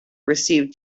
received